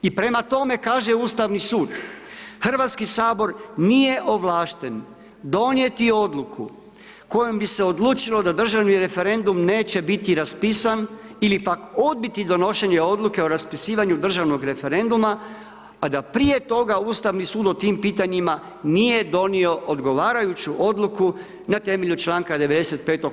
I prema tome kaže Ustavni sud Hrvatski sabor nije ovlašten donijeti odluku kojom bi se odlučilo da državni referendum neće biti raspisan ili pak odbiti donošenje odluke o raspisivanju državnog referenduma, a da prije toga Ustavni sud o tim pitanjima nije donio odgovarajuću odluku na temelju članka 95.